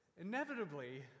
inevitably